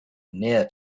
near